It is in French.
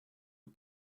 aux